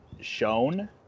shown